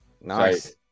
Nice